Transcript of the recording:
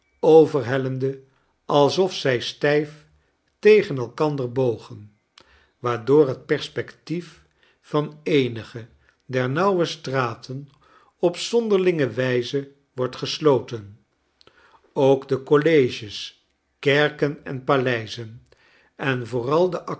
overhellende alsof zij stijf tegen elkander bogen waardoor het perspectief van eenige der nauwe straten op zonderlinge wijze wordt gesloten ook de colleges kerken en paleizen en vooral de